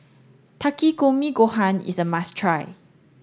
Takikomi Gohan is a must try